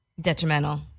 Detrimental